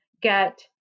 get